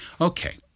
Okay